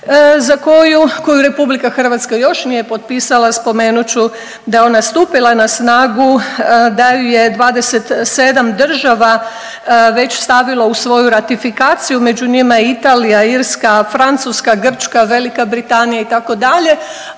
znamo koju Republika Hrvatska još nije potpisala. Spomenut ću da je ona stupila na snagu, da ju je 27 država već stavilo u svoju ratifikaciju. Među njima je Italija, Irska, Francuska, Grčka, Velika Britanija itd.